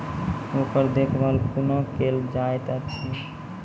ओकर देखभाल कुना केल जायत अछि?